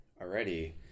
already